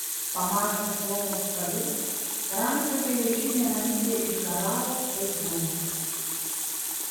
pamačius romos karius ramzio geležinė ramybė išgaravo kaip dūmas